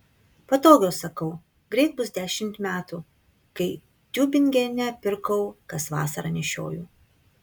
patogios sakau greit bus dešimt metų kai tiubingene pirkau kas vasarą nešioju